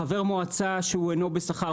חבר מועצה שהוא אינו בשכר,